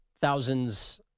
thousands